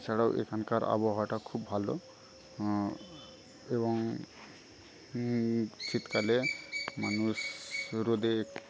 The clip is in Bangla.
এছাড়াও এখানকার আবহাওয়াটা খুব ভালো এবং শীতকালে মানুষ রোদে